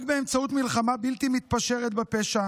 רק באמצעות מלחמה בלתי מתפשרת בפשע